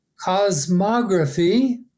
Cosmography